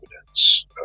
evidence